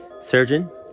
surgeon